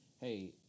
Hey